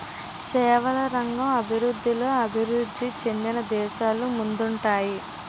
సేవల రంగం అభివృద్ధిలో అభివృద్ధి చెందిన దేశాలు ముందుంటాయి